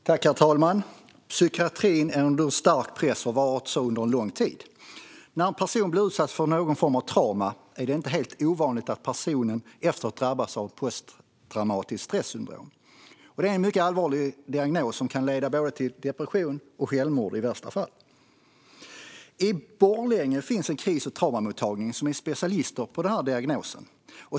Herr talman! Psykiatrin är under stark press och har varit så under lång tid. För en person som blir utsatt för någon form av trauma är det inte helt ovanligt att efteråt drabbas av posttraumatiskt stressyndrom. Detta är en mycket allvarlig diagnos som kan leda till både depression och i värsta fall självmord. I Borlänge finns en kris och traumamottagning som är specialiserad på denna diagnos.